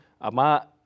Ama